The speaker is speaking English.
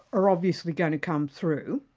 are obviously going to come through,